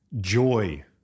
joy